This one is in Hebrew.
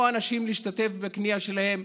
או שאנשים ישתתפו בקנייה שלהן.